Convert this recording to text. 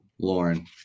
lauren